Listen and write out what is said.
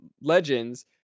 legends